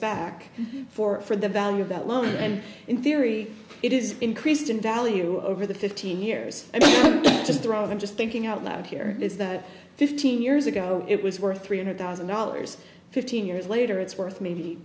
back for for the value of that loan and in theory it is increased in value over the fifteen years and i just drove i'm just thinking out loud here is that fifteen years ago it was worth three hundred thousand dollars fifteen years later it's worth maybe